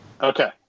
Okay